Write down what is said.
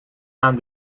aan